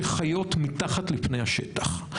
שחיות מתחת לפני השטח.